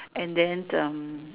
and then